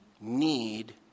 need